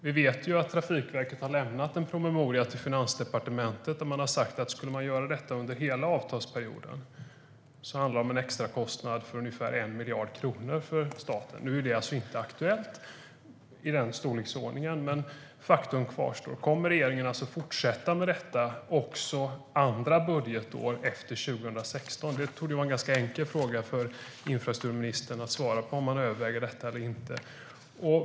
Vi vet att Trafikverket har lämnat en promemoria till Finansdepartementet där de har sagt att skulle man göra detta under hela avtalsperioden handlar det om en extrakostnad på ungefär 1 miljard kronor för staten. Nu är det inte aktuellt i den storleksordningen, men faktum kvarstår. Kommer regeringen att fortsätta med detta också andra budgetår efter 2016? Det torde vara en ganska enkel fråga för infrastrukturministern att svara på: Överväger man detta eller inte?